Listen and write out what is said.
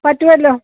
പറ്റുമല്ലോ